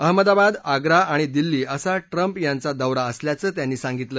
अहमदाबाद आग्रा आणि दिल्ली असा ट्रम्प यांचा दौरा असल्याचं त्यांनी सांगितलं